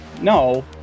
No